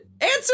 Answer